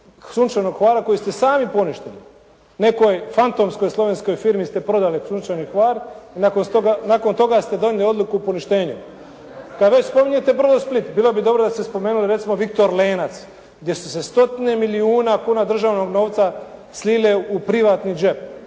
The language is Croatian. "Sunčanog Hvara" koji ste sami poništili. Nekoj fantomskoj slovenskoj firmi ste prodali "Sunčani Hvar" i nakon toga ste donijeli odluku poništenja. Kada već spominjete "Brodosplit" bilo bi dobro da ste spomenuli recimo "Viktor Lenac" gdje su se stotine milijuna kuna državnog novca slile u privatni džep,